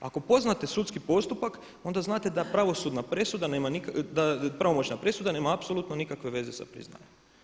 Ako poznate sudski postupak onda znate da pravosudna presuda nema, da pravomoćna presuda nema apsolutno nikakve veze sa priznanjem.